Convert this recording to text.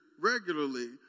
regularly